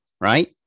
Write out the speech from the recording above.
right